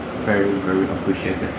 very very appreciated